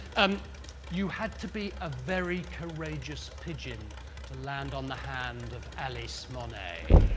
um you had to be a very courageous pigeon to land on the hand of alice monet.